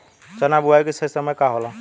चना बुआई के सही समय का होला?